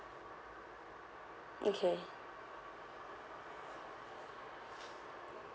okay